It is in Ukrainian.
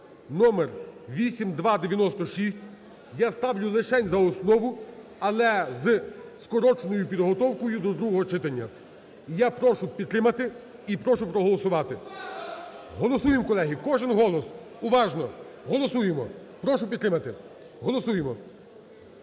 (№ 8296). Я ставлю лишень за основу, але з скороченою підготовкою до другого читання. Я прошу підтримати і прошу проголосувати. Голосуємо колеги, кожний голос, уважно. Голосуємо, прошу підтримати. Голосуємо.